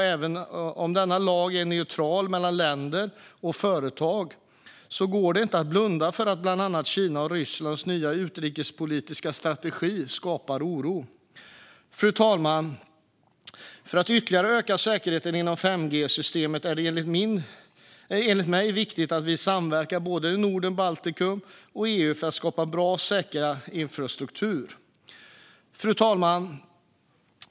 Även om denna lag är neutral mellan länder och företag går det inte att blunda för att bland annat Kinas och Rysslands nya utrikespolitiska strategier skapar oro. Fru talman! För att ytterligare öka säkerheten inom 5G-systemet är det enligt mig viktigt att vi samverkar både inom Norden och Baltikum och inom EU för att skapa en bra och säker infrastruktur. Fru talman!